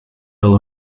bill